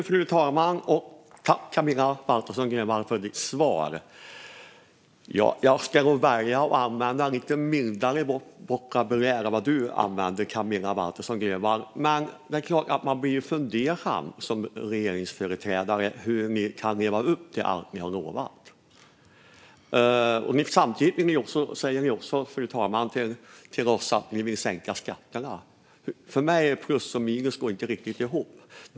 Fru talman! Tack, Camilla Waltersson Grönvall, för ditt svar! Jag ska välja att använda lite mildare vokabulär än du använde. Men det är klart att man som regeringsföreträdare blir fundersam när det gäller hur ni kan leva upp till allt ni har lovat. Samtidigt säger ni till oss att ni vill sänka skatterna. För mig går plus och minus inte riktigt ihop.